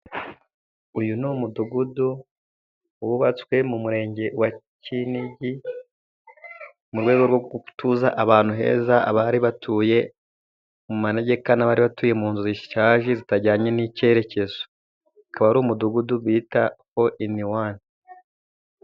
Uyu ni umudugudu wubatswe mu Murenge wa Kinigi, mu rwego rwo gutuza ahantu heza abari batuye mu manegeka, n’abari batuye mu nzu zishaje zitajyanye n’icyerekezo. Akaba ari umudugudu bita O Ini Wani.